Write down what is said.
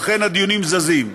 ואכן הדיונים זזים.